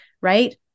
right